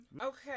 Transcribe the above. Okay